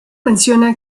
menciona